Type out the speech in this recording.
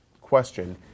question